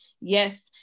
Yes